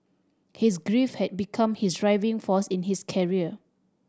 his grief had become his driving force in his career